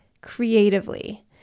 creatively